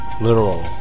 literal